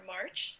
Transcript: March